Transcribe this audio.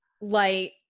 light